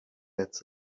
ads